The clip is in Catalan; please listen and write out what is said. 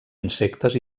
insectes